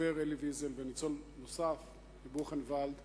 הסופר אלי ויזל וניצול נוסף מבוכנוואלד